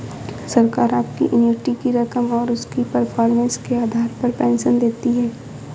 सरकार आपकी एन्युटी की रकम और उसकी परफॉर्मेंस के आधार पर पेंशन देती है